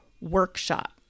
Workshop